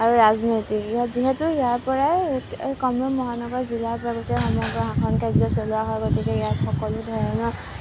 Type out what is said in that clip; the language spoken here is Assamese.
আৰু ৰাজনৈতিক ইয়াত যিহেতু ইয়াৰ পৰাই কামৰূপ মহানগৰ জিলাৰ সমগ্ৰ শাসন কাৰ্য চলোৱা হয় গতিকে ইয়াত সকলো ধৰণৰ